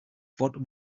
what